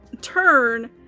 turn